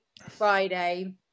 friday